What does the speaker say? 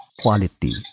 quality